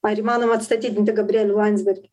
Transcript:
ar įmanoma atstatydinti gabrielių landsbergį